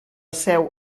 seu